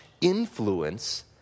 influence